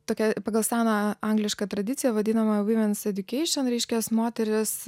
tokią pagal seną anglišką tradiciją vadinamąją womens aducation reiškias moterys